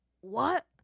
What